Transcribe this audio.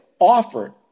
offered